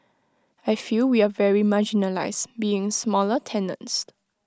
I feel we are very marginalised being smaller tenants